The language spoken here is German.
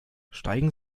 steigen